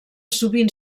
sovint